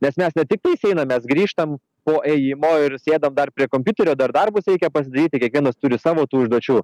nes mes ne tiktais einam mes grįžtam po ėjimo ir sėdam dar prie kompiuterio dar darbus reikia pasidaryti kiekvienas turi savo tų užduočių